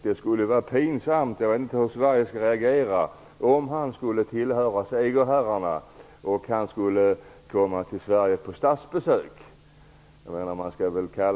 Det vore pinsamt om han skulle tillhöra segerherrarna och komma till Sverige på statsbesök. Jag vet inte hur Sverige skulle reagera.